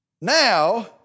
Now